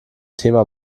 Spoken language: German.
thema